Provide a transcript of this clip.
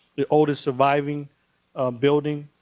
the oldest surviving building,